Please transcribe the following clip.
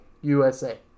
USA